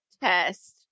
test